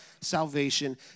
salvation